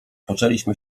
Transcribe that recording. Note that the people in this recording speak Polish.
poczęliśmy